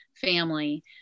family